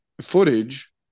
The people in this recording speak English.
footage